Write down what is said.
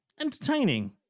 entertaining